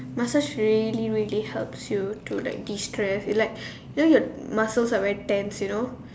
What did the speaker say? massage really really helps you to like destress you know like your muscles are really tense you know